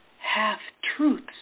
half-truths